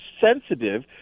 sensitive